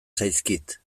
zaizkit